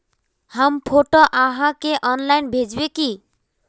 हम फोटो आहाँ के ऑनलाइन भेजबे की?